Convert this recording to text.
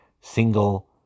single